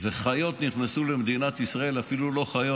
וחיות נכנסו למדינת ישראל, אפילו לא חיות.